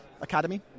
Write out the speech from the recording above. academy